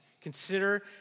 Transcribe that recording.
Consider